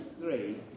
three